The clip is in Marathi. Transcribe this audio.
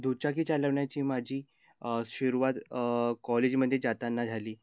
दुचाकी चालवण्याची माझी सुरुवात कॉलेजमध्ये जाताना झाली